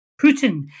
Putin